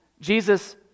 Jesus